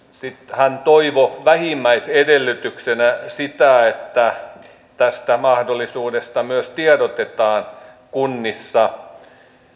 hän toivoi vähimmäisedellytyksenä sitä että tästä mahdollisuudesta myös tiedotetaan kunnissa